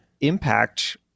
impact